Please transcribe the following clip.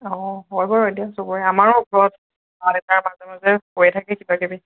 অঁ হয় বাৰু এতিয়া চবৰে আমাৰো ঘৰত আইতাৰ মাজে মাজে হৈয়ে থাকে কিবা কিবি